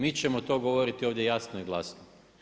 Mi ćemo to govoriti ovdje jasno i glasno!